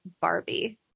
Barbie